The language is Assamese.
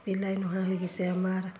বিলাই নোহোৱা হৈ গৈছে আমাৰ